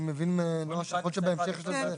אני מבין מנעה שיכול להיות שבהמשך יש לזה מענה.